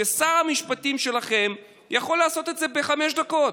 ששר המשפטים שלכם יכול לעשות את זה בחמש דקות.